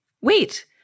wait